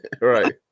Right